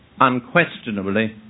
unquestionably